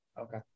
Okay